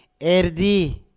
Erdi